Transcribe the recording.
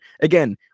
again